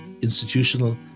institutional